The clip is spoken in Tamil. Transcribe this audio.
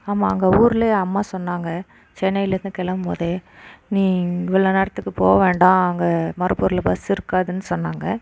ஆமாம் அங்கே ஊர்லயே அம்மா சொன்னாங்கள் சென்னைலேருந்து கிளம்பும் போதே நீ இவ்வளோ நேரத்துக்கு போக வேண்டாம் அங்கே மருப்பூர்ல பஸ்ஸு இருக்காதுன்னு சொன்னாங்கள்